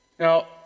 Now